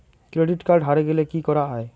Credit card হারে গেলে কি করা য়ায়?